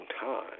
time